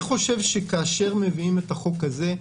כאשר מביאים את החוק הזה,